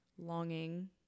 longing